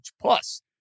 Plus